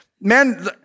man